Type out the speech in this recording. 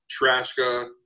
Trashka